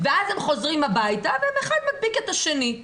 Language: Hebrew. ואז הם חוזרים הביתה ואחד מדביק את השני.